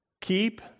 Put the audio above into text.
keep